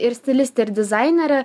ir stilistė ir dizainerė